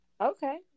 Okay